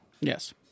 Yes